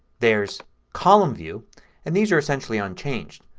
there's column view and these are essentially unchanged.